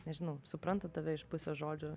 nežinau supranta tave iš pusės žodžių